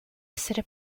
essere